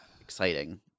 exciting